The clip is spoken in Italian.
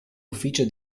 ufficio